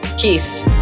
Peace